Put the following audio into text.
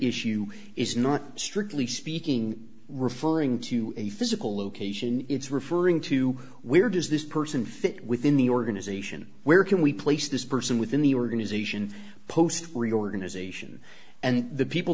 issue is not strictly speaking referring to a physical location it's referring to where does this person fit within the organization where can we place this person within the organization post reorganization and the people